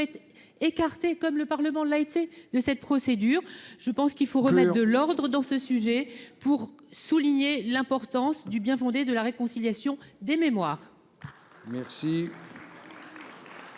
culture écarté comme le Parlement l'a été, de cette procédure, je pense qu'il faut remettre de l'ordre dans ce sujet pour souligner l'importance du bien-fondé de la réconciliation des mémoires. Merci.